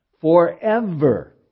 forever